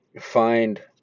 find